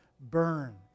burn